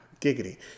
Giggity